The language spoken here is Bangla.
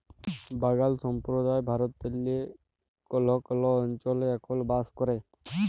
বাগাল সম্প্রদায় ভারতেল্লে কল্হ কল্হ অলচলে এখল বাস ক্যরে